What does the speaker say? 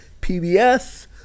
PBS